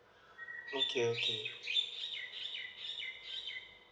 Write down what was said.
okay okay